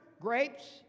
grapes